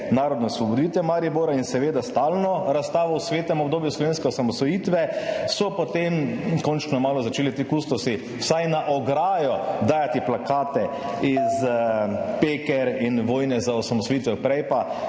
narodne osvoboditve Maribora in seveda stalno razstavo o svetem obdobju slovenske osamosvojitve, so potem končno malo začeli ti kustosi vsaj na ograjo dajati plakate iz Peker in vojne za osamosvojitev, prej pa